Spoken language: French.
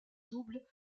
double